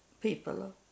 people